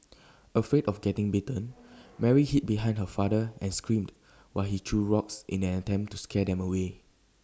afraid of getting bitten Mary hid behind her father and screamed while he threw rocks in an attempt to scare them away